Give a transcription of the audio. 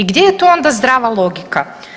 I gdje je tu onda zdrava logika.